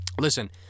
listen